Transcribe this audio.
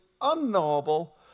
unknowable